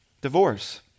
divorce